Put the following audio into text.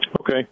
Okay